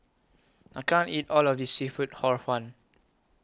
I can't eat All of This Seafood Hor Fun